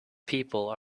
people